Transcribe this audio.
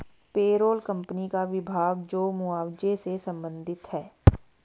payroll company का विभाग जो मुआवजे से संबंधित है